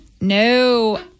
No